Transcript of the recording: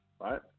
right